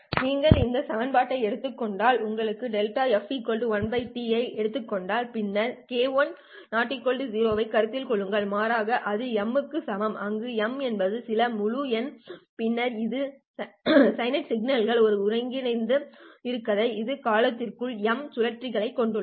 நீங்கள் இந்த ∫ej2π ∆ft ஐ எடுத்துக் கொண்டால் நீங்கள் ∆ f 1 T ஐ எடுத்துக் கொண்டால் பின்னர் kl ≠ 0 ஐக் கருத்தில் கொள்ளுங்கள் மாறாக அது m க்கு சமம் அங்கு m என்பது சில முழு எண் பின்னர் இது சைனூசாய்டல் சிக்னலின் சில ஒருங்கிணைப்பாக இருங்கள் இது ஒரு காலத்திற்குள் m சுழற்சிகளைக் கொண்டுள்ளது